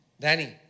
Danny